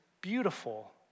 beautiful